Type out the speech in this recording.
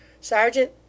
Sergeant